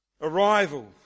Arrival